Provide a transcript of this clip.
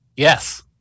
Yes